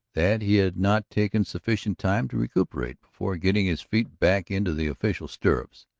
that he had not taken sufficient time to recuperate before getting his feet back into the official stirrups,